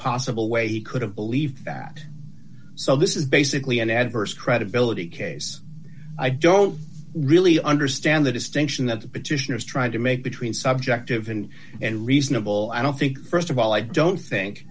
possible way he could have believed that so this is basically an adverse credibility case i don't really understand the distinction that the petitioner is trying to make between subjective and and reasonable i don't think st of all i don't think